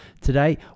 Today